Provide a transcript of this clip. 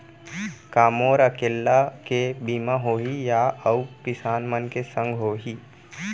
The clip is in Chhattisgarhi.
का मोर अकेल्ला के बीमा होही या अऊ किसान मन के संग होही?